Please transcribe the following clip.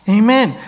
amen